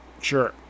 Sure